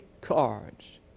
cards